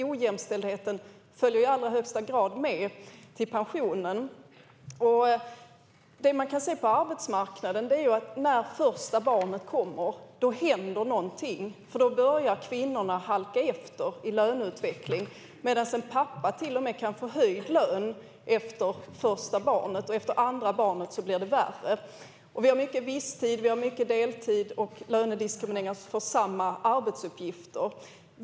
Ojämställdheten följer alltså i allra högsta grad med till pensionen. Det vi kan se på arbetsmarknaden är att det händer något när första barnet kommer. Då börjar kvinnorna halka efter i löneutveckling, medan pappor till och med kan få höjd lön efter första barnet. Efter andra barnet blir det värre. Det är mycket visstid, deltid och lönediskriminering för samma arbetsuppgifter.